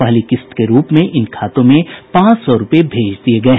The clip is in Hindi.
पहली किस्त के रूप में इन खातों में पांच सौ रूपये डाल दिये गये हैं